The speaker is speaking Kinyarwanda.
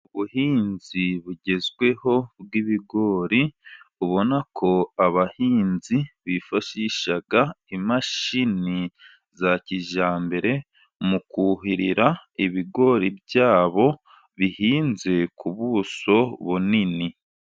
Ubuhinzi bugezweho bw'ibigori, ubona ko abahinzi bifashisha imashini za kijyambere mu kuhirira ibigori byabo, bihinze ku buso bunini.